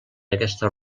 aquesta